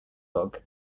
dog